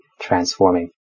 transforming